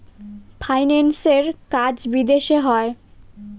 ফাইন্যান্সের কাজ বিদেশে হয়